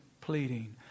pleading